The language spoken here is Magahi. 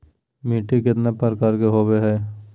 मिट्टी केतना प्रकार के होबो हाय?